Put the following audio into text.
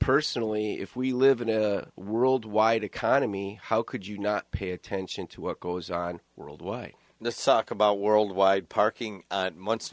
personally if we live in a worldwide economy how could you not pay attention to what goes on world why the stock about worldwide parking